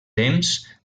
temps